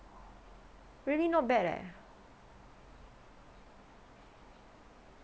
really not bad leh